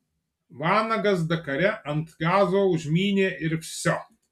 vanagas dakare ant gazo užmynė ir vsio